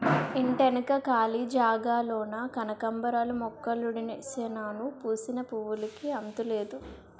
ఇంటెనక కాళీ జాగాలోన కనకాంబరాలు మొక్కలుడిసినాను పూసిన పువ్వులుకి అంతులేదు